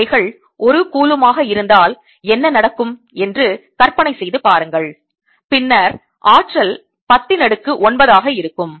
அவைகள் 1 கூலும் ஆக இருந்தால் என்ன நடக்கும் என்று கற்பனை செய்து பாருங்கள் பின்னர் ஆற்றல் 10 ன் அடுக்கு 9 ஆக இருக்கும்